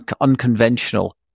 unconventional